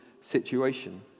situation